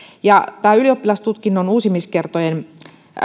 tämä ylioppilastutkinnon uusimiskertojen